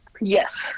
Yes